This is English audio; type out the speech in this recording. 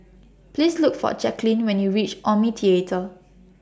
Please Look For Jackeline when YOU REACH Omni Theatre